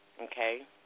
Okay